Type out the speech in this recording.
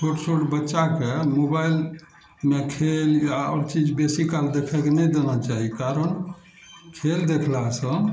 छोट छोट बच्चाके मोबाइलमे खेल या आओर चीज बेसी काल देखऽ नहि देबा चाही कारण खेल देखला सऽ